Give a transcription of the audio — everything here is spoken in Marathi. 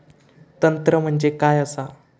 तंत्र म्हणजे काय असा?